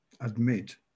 admit